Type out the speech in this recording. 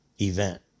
event